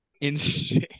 insane